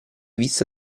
vista